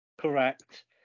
Correct